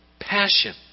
passion